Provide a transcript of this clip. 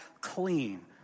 clean